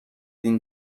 این